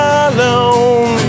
alone